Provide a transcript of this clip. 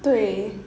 对